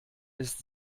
ist